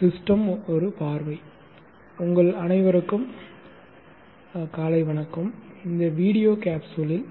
system ஒரு பார்வை உங்கள் அனைவருக்கும் காலை வணக்கம் இந்த வீடியோ கேப்சூலில்